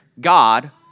God